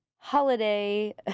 holiday